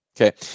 Okay